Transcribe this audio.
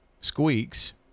squeaks